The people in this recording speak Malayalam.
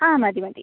ആ മതി മതി